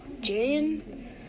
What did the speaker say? Jane